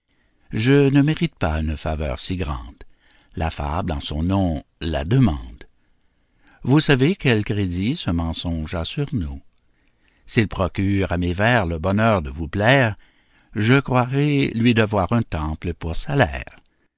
je ne mérite pas une faveur si grande la fable en son nom la demande vous savez quel crédit ce mensonge a sur nous s'il procure à mes vers le bonheur de vous plaire je croirai lui devoir un temple pour salaire